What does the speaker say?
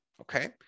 okay